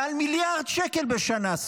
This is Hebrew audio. מעל מיליארד שקל בשנה,